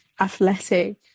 athletic